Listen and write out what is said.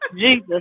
Jesus